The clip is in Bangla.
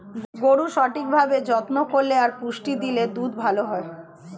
গরুর সঠিক ভাবে যত্ন করলে আর পুষ্টি দিলে দুধ ভালো হয়